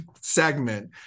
segment